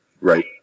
Right